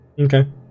Okay